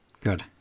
Good